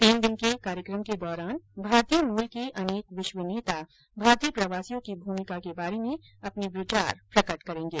तीन दिन के कार्यक्रम के दौरान भारतीय मूल के अनेक विश्व नेता भारतीय प्रवासियों की भूमिका के बारे में अपने विचार प्रकट करेंगे